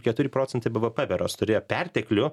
keturi procentai bvp beros turėjo perteklių